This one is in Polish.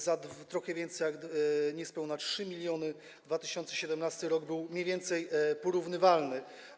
za trochę więcej, za niespełna 3 mln. 2017 r. był mniej więcej porównywalny.